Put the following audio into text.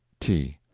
t.